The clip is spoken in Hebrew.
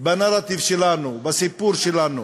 בנרטיב שלנו, בסיפור שלנו.